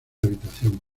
habitación